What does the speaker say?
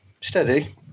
steady